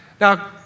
Now